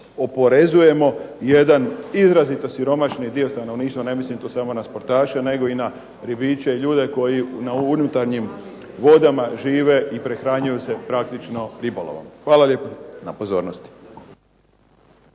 oporezujemo izrazito siromašni dio stanovništva, ne mislim tu samo na sportaše, nego i na ribiče ljude koji u unutarnjim vodama žive i prehranjuju se praktično ribolovom. Hvala lijepo na pozornosti.